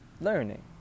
learning